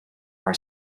our